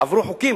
עברו חוקים,